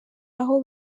aho